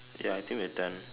ya I think we are done